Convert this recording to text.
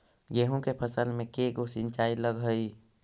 गेहूं के फसल मे के गो सिंचाई लग हय?